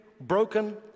broken